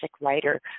writer